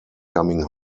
coming